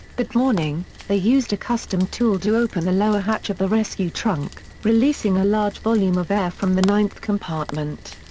that morning, they used a custom tool to open the lower hatch of the rescue trunk, releasing a large volume of air from the ninth compartment.